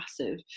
massive